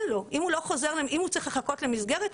אם הוא צריך לחכות למסגרת,